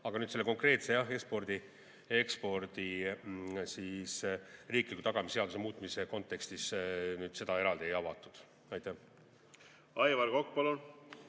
aga selle konkreetse, ekspordi riikliku tagamise seaduse muutmise kontekstis seda eraldi ei avatud. Aitäh!